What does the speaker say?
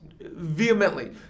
Vehemently